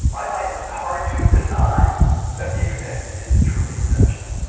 i find it hard to deny that the internet is truly exceptional.